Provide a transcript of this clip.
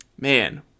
man